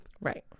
Right